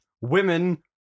women